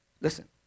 Listen